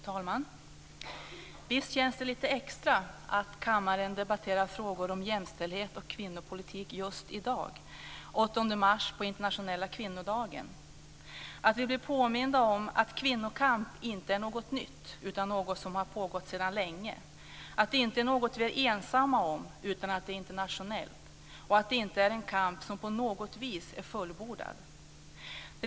Fru talman! Visst känns det lite extra att kammaren debatterar frågor om jämställdhet och kvinnopolitik just i dag den 8 mars, på internationella kvinnodagen, och att vi blir påminda om att kvinnokamp inte är något nytt utan något som har pågått sedan länge, att det inte är något vi är ensamma om utan att det är internationellt och att det inte är en kamp som på något vis är fullbordad.